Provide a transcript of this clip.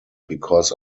because